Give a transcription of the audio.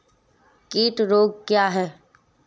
कीट रोग क्या है?